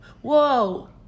whoa